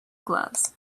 gloves